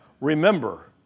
remember